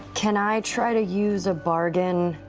can i try to use a bargain.